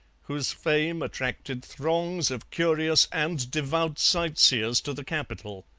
whose fame attracted throngs of curious and devout sightseers to the capital.